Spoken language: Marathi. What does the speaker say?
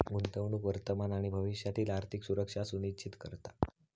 गुंतवणूक वर्तमान आणि भविष्यातील आर्थिक सुरक्षा सुनिश्चित करता